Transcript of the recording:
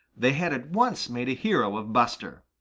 they had at once made a hero of buster.